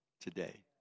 today